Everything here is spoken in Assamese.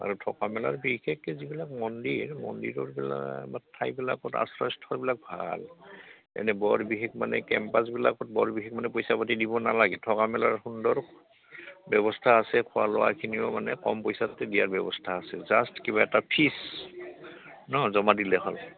আৰু থকা মেলাৰ বিশেষকৈ যিবিলাক মন্দিৰ মন্দিৰৰবিলাক বা ঠাইবিলাকত আশ্ৰয় স্থলবিলাক ভাল এনে বৰ বিশেষ মানে কেম্পাছবিলাকত বৰ বিশেষ মানে পইচা পাতি দিব নালাগে থকা মেলাৰ সুন্দৰ ব্যৱস্থা আছে খোৱা লোৱাখিনিও মানে কম পইচাতে দিয়াৰ ব্যৱস্থা আছে জাষ্ট কিবা এটা ফিজ ন জমা দিলে হ'ল